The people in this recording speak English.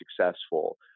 successful